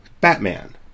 Batman